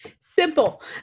Simple